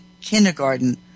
kindergarten